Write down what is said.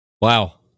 Wow